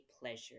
pleasure